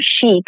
chic